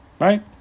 Right